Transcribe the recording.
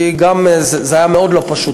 זה היה מאוד לא פשוט,